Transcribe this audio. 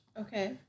Okay